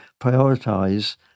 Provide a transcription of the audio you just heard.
prioritize